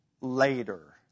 later